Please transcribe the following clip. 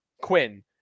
Quinn